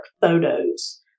photos